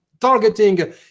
targeting